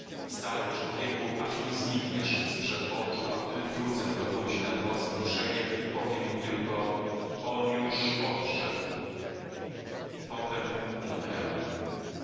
stary człowieku aż mi znikniesz z przed oczu a wtedy wrócę do ludzi nad morskim brzegiem i powiem im tylko on już odszedł potem umrę